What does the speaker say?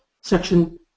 section